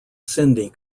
sindhi